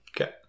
Okay